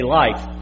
life